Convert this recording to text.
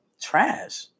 trash